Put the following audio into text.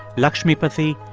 lakshmiputhi,